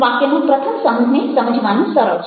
વાક્યના પ્રથમ સમૂહને સમજવાનું સરળ છે